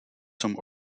some